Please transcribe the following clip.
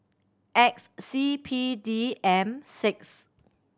X C P D M six